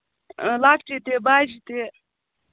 لۄکٔچہِ تہِ بَجہِ تہِ